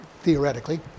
theoretically